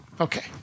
Okay